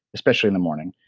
especially in the morning.